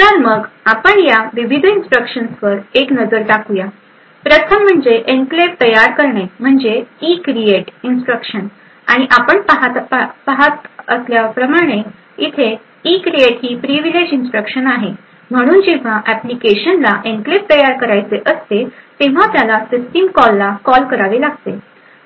तर मग आपण या विविध इन्स्ट्रक्शन्स वर एक नजर टाकूया प्रथम म्हणजे एन्क्लेव्ह तयार करणे म्हणजे इक्रिएट इन्स्ट्रक्शन आणि आपण पाहिल्याप्रमाणे इथे इक्रिएट ही प्रिव्हिलेज इन्स्ट्रक्शन आहे म्हणून जेव्हा एप्लीकेशनला एन्क्लेव्ह तयार करायचे असते तेव्हा त्याला सिस्टीम कॉलला कॉल करावे लागते